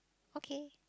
okay